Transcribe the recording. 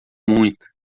muito